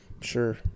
sure